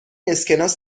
اسکناس